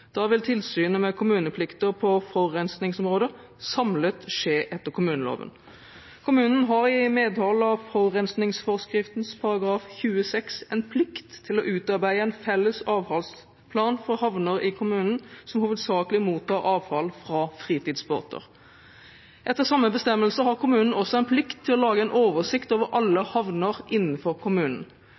Da vil tilsynet med kommuneplikter på forurensningsområdet samlet skje etter kommuneloven. Kommunen har i medhold av forurensningsforskriftens § 20-6 en plikt til å utarbeide en felles avfallsplan for havner i kommunen som hovedsakelig mottar avfall fra fritidsbåter. Etter samme bestemmelse har kommunen også en plikt til å lage en oversikt over alle havner innenfor kommunen.